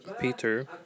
Peter